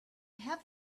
have